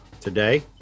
today